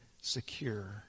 secure